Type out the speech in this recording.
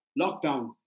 lockdown